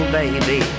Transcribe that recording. baby